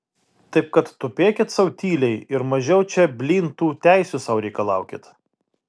taip kad tupėkit sau tyliai ir mažiau čia blyn tų teisių sau reikalaukit